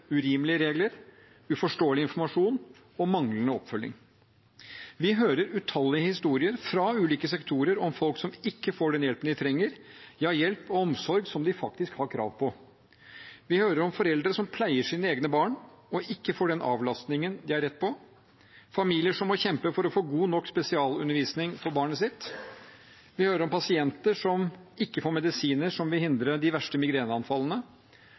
urimelige regler, uforståelig informasjon og manglende oppfølging. Vi hører utallige historier fra ulike sektorer om folk som ikke får den hjelpen de trenger – ja, hjelp og omsorg som de faktisk har krav på. Vi hører om foreldre som pleier sine egne barn og ikke får den avlastningen de har rett på, familier som må kjempe for å få god nok spesialundervisning for barnet sitt, og vi hører om pasienter som ikke får medisiner som vil hindre de verste migreneanfallene.